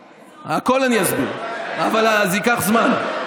הכול אני אסביר, אבל זה ייקח זמן.